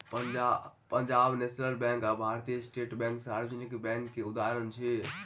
Punjab National Bank आ Bharatiya State Bank सार्वजनिक bank के उदाहरण अछि